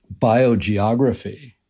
biogeography